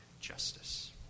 justice